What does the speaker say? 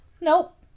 Nope